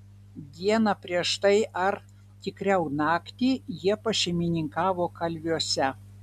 dieną prieš tai ar tikriau naktį jie pašeimininkavo kalviuose